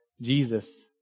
Jesus